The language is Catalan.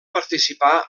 participà